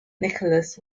nicholas